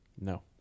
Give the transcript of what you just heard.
No